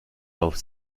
auf